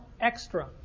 extra